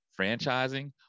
Franchising